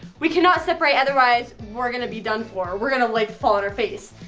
we cannot separate, otherwise we're gonna be done for, we're gonna like fall on our face.